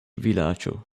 vilaĝo